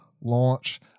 launch